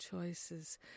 choices